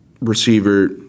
receiver